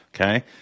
okay